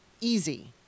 easy